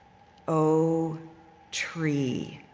oh tree,